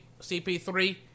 CP3